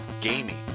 gaming